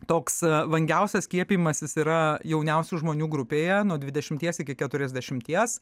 toks vangiausias skiepijimasis yra jauniausių žmonių grupėje nuo dvidešimties iki keturiasdešimties